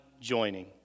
joining